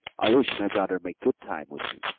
i wish my brother make good time with him,